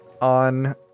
on